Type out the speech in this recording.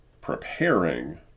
preparing